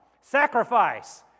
Sacrifice